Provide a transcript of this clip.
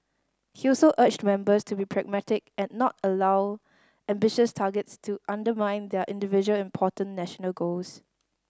he also urged members to be pragmatic and not allow ambitious targets to undermine their individual important national goals